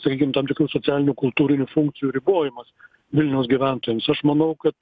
sakykim tam tikrų socialinių kultūrinių funkcijų ribojimas vilniaus gyventojams aš manau kad